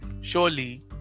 surely